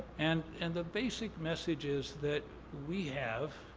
and and the basic message is that we have,